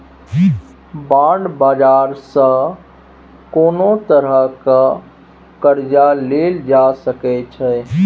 bond बाजार सँ कोनो तरहक कर्जा लेल जा सकै छै